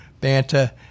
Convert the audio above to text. Banta